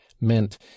meant